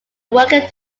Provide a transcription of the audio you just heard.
working